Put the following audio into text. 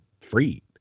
freed